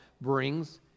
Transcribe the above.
brings